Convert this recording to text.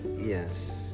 Yes